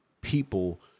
people